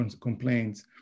Complaints